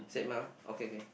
same ah okay okay